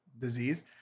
disease